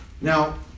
Now